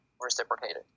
reciprocated